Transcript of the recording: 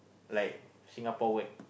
like Singapore word